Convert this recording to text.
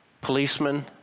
policemen